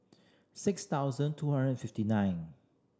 six thousand two hundred fifty nine